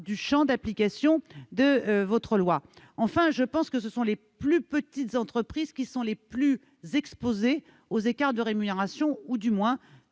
du champ d'application de ce texte. Enfin, je pense que ce sont les plus petites entreprises qui sont les plus exposées aux écarts de rémunération. Dans